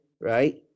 right